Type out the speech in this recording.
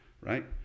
right